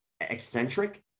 eccentric